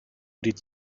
did